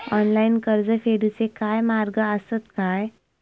Online कर्ज फेडूचे काय मार्ग आसत काय?